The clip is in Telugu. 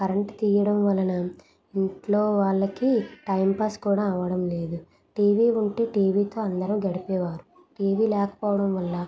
కరెంట్ తీయడం వలన ఇంట్లో వాళ్ళకి టైంపాస్ కూడా అవడం లేదు టీవీ ఉంటే టీవీతో అందరూ గడిపే వారు టీవీ లేకపోవడం వల్ల